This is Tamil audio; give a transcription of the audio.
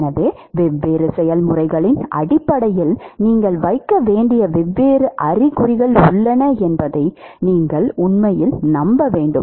எனவே வெவ்வேறு செயல்முறைகளின் அடிப்படையில் நீங்கள் வைக்க வேண்டிய வெவ்வேறு அறிகுறிகள் உள்ளன என்பதை நீங்கள் உண்மையில் நம்ப வேண்டும்